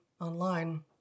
online